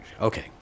Okay